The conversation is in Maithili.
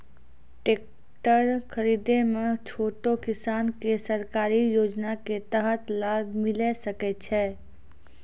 टेकटर खरीदै मे छोटो किसान के सरकारी योजना के तहत लाभ मिलै सकै छै?